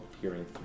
hearing